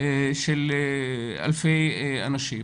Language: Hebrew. של אלפי אנשים.